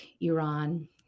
Iran